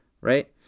right